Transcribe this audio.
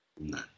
No